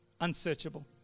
unsearchable